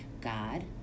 God